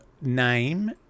name